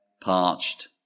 parched